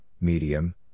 medium